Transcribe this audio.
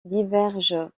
divergent